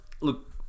Look